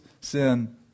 sin